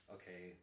okay